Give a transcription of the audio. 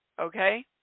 okay